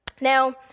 Now